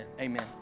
Amen